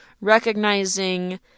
recognizing